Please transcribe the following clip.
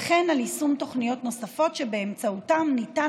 וכן על יישום תוכניות נוספות שבאמצעותן ניתן